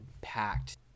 packed